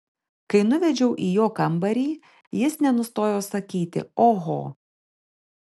kai nuvedžiau į jo kambarį jis nenustojo sakyti oho